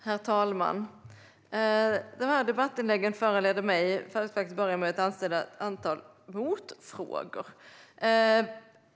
Herr talman! Det här debattinlägget föranleder mig att vilja ställa ett antal motfrågor.